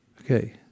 Okay